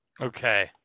Okay